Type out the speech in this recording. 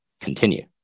continue